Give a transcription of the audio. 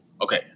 Okay